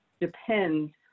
depends